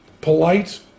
polite